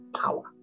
power